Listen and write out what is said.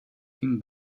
him